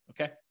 Okay